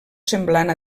semblant